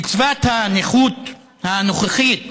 קצבת הנכות הנוכחית,